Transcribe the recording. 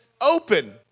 open